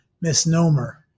misnomer